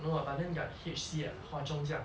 no ah but then got H C ah hwa chong 这样